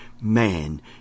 man